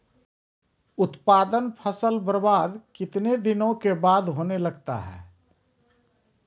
उत्पादन फसल बबार्द कितने दिनों के बाद होने लगता हैं?